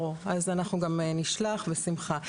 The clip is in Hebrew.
ברור, אנחנו נשלח בשמחה.